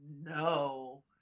no